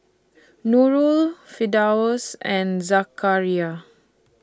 Nurul Firdaus and Zakaria